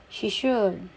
she should